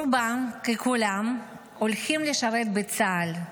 רובם ככולם הולכים לשרת בצה"ל.